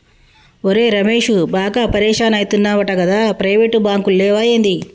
ఒరే రమేశూ, బాగా పరిషాన్ అయితున్నవటగదా, ప్రైవేటు బాంకులు లేవా ఏంది